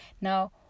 Now